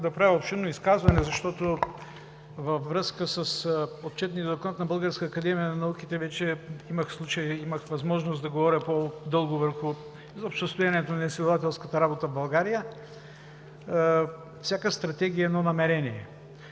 да правя обширно изказване, защото във връзка с Отчетния доклад на Българската академия на науките имах възможност да говоря по-дълго за състоянието на изследователската работа в България. Всяка Стратегия е едно намерение.